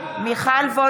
תתביישי לך (קוראת בשמות חברי הכנסת) מיכל וולדיגר,